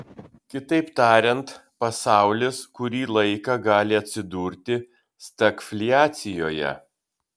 kitaip tariant pasaulis kurį laiką gali atsidurti stagfliacijoje